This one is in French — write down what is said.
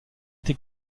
été